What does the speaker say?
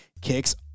kicks